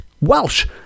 welsh